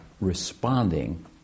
responding